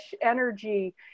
energy